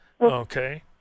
Okay